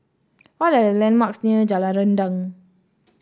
what are the landmarks near Jalan Rendang